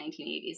1980s